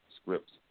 scripts